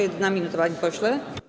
1 minuta, panie pośle.